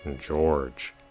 George